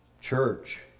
church